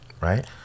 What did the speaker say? Right